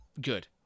good